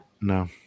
no